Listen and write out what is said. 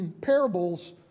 Parables